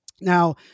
now